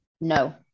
no